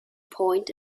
point